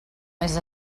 més